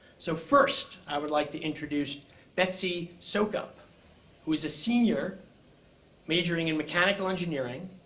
so first i would like to introduce betsy soukup who is a senior majoring in mechanical engineering.